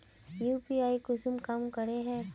UPI कुंसम काम करे है?